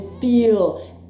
feel